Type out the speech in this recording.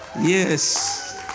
Yes